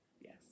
Yes